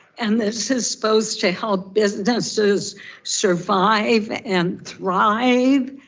and this is supposed to help businesses survive and thrive?